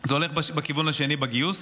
זה הולך בכיוון השני בגיוס,